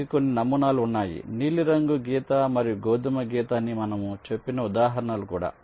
దీనికి కొన్ని నమూనాలు ఉన్నాయి నీలిరంగు గీత మరియు గోధుమ గీత అని మనము చెప్పిన ఉదాహరణలు కూడా